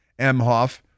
Emhoff